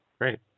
Great